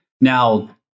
Now